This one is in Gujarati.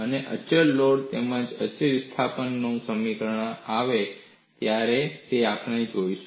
અને અચળ લોડ તેમજ અચળ વિસ્થાપન માટે શું પરિણામ આવે છે તે આપણે જોઈશું